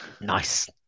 Nice